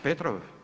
Petrov?